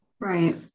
Right